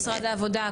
משרד העבודה,